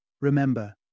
Remember